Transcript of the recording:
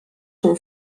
són